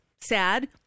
sad